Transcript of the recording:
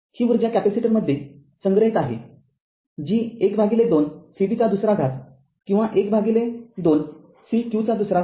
ही उर्जा कॅपेसिटरमध्ये संग्रहित आहे जी १२ cv २ किंवा १२ c q २आहे